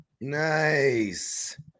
Nice